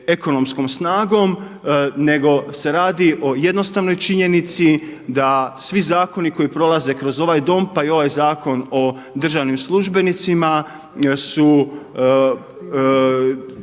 ekonomskom snagom nego se radi o jednostavnoj činjenici da svi zakoni koji prolaze kroz ovaj Dom pa i ovaj Zakon o državnim službenicima su